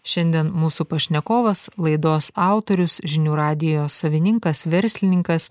šiandien mūsų pašnekovas laidos autorius žinių radijo savininkas verslininkas